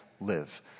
live